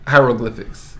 Hieroglyphics